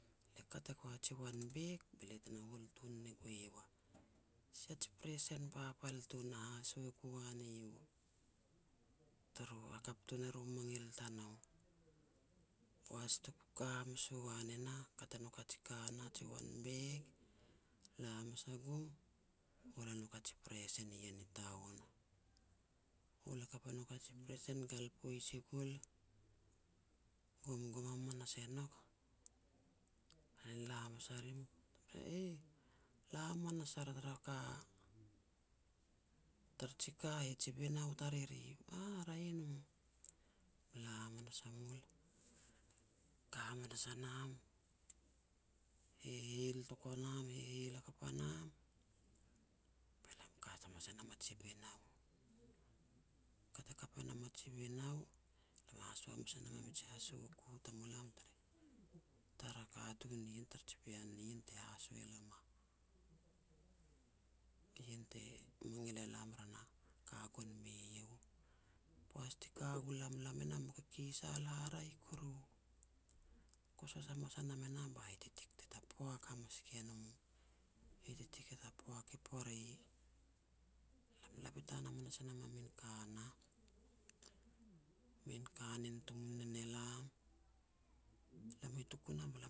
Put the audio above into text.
lia kat e gua ji wan bek, be lia tena hol tun ne gue iau a sia ji presen papal tun na haso e gu an eiau, turu, hakap tun e ru mangil tanou. Poaj tuku ka hamas u an e nah, kat e nouk a ji ka nah, ji wan bek, la hamas a gum, hol e nouk a ji presen ien i taun. Hol hakap e nouk a ji presen, ngal poaj i gul, gomgom hamanas e nouk, lain la hamas a rim, "Eih, la hamanas ar tara ka, tar ji ka heh, ji binau tariri." "Aah, raeh e no." La hamanas a mul, ka hamanas a nam, heiheil tok o nam, heiheil hakap a nam, be lam e kat hamas e nam a ji binau. Kat hakap e nam a ji binau, lam haso hamas ne nam a mij hasoku tamulam tere, tara katun nien, tara ji pean nien te haso elam a, ien te mangil elam re na ka gon me iau. Poaj ti ka u lam, lam e nah mu kikisal haraeh kuru. Kosos hamas a nam e nah ba hititik te tapuak hamas ke no. Hititik e boak i pore. Lam e la bitan hamas e nam a min ka nah. Min kanen tumu nen elam. Lam hituk u nam